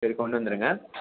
சரி கொண்டு வந்துடுங்க